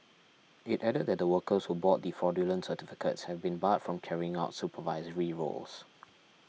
it added that the workers who bought the fraudulent certificates have been barred from carrying out supervisory roles